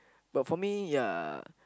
but for me ya